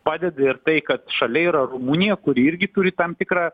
padeda ir tai kad šalia yra rumunija kuri irgi turi tam tikrą